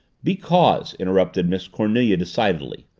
because, interrupted miss cornelia decidedly,